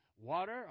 water